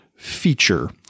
Feature